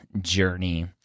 journey